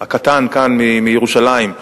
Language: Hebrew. הקטן כאן מירושלים,